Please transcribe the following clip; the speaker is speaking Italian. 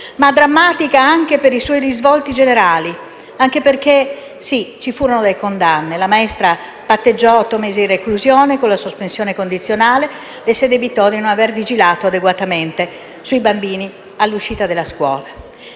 e drammatica per i suoi risvolti generali. Ci furono delle condanne: la maestra patteggiò otto mesi di reclusione con la sospensione condizionale e si addebitò di non aver vigilato adeguatamente sui bambini all'uscita della scuola